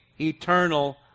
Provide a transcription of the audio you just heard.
eternal